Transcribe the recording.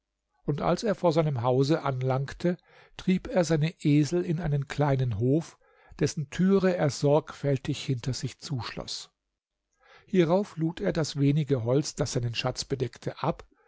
und als er vor seinem hause anlangte trieb er seine esel in einen kleinen hof dessen türe er sorgfältig hinter sich zuschloß hierauf lud er das wenige holz das seinen schatz bedeckte ab